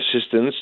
assistance